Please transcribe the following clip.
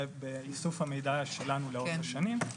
באיסוף המידע שלנו לאורך השני.